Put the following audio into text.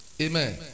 Amen